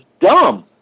dumb